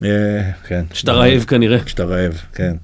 אה, כן. כשאתה רעב כנראה. כשאתה רעב, כן.